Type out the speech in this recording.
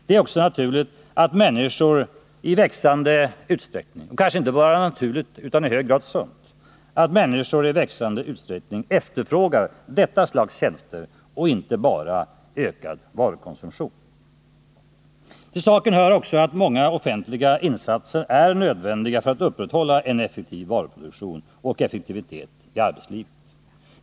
Det är också naturligt att människor i växande utsträckning efterfrågar detta slags tjänster och inte bara ökar varukonsumtionen. Till saken hör också att många offentliga insatser är nödvändiga för att upprätthålla en effektiv varuproduktion och effektivitet i arbetslivet.